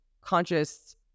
conscious